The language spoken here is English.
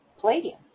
Palladium